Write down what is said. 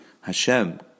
Hashem